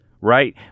right